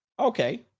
Okay